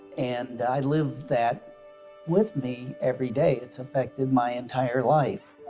and i lived that with me every day it's affected my entire life.